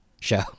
show